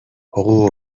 حقوق